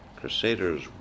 Crusaders